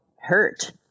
hurt